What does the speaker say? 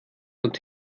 und